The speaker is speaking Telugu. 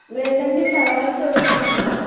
లేదండి తర్వాత చూస్తాము